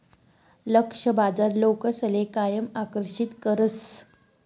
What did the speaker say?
लक्ष्य बाजार लोकसले कायम आकर्षित करस